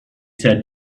said